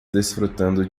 desfrutando